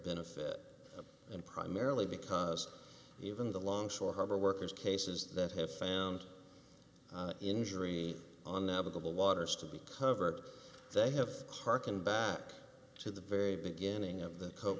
benefit in primarily because even the long shore harbor workers cases that have found injury on navigable waters to be covered they have harken back to the very beginning of the coke